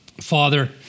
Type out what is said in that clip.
Father